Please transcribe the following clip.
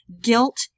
guilt